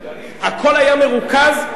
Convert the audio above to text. הכול היה מרוכז,